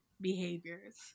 behaviors